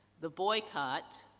the boycott,